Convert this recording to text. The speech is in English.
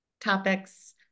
topics